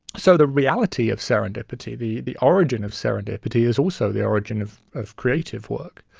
so the reality of serendipity, the the origin of serendipity is also the origin of of creative work,